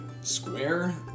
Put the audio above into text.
square